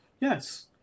Yes